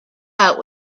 out